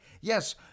Yes